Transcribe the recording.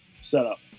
setup